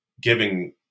giving